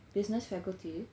business faculty